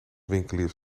winkeliers